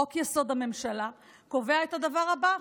חוק-יסוד: הממשלה קובע את הדבר הבא,